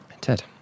Ted